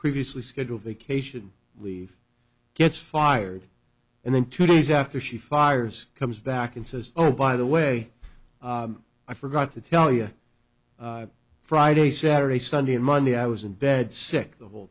previously scheduled vacation leave gets fired and then two days after she fires comes back and says oh by the way i forgot to tell you friday saturday sunday and monday i was in bed sick the whole